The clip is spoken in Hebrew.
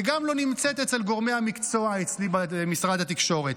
וגם לא נמצאת אצל גורמי המקצוע אצלי במשרד התקשורת.